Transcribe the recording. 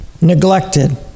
neglected